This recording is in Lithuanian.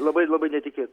labai labai netikėta